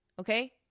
okay